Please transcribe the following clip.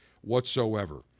whatsoever